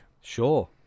sure